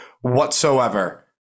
whatsoever